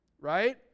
Right